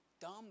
dumb